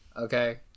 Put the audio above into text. okay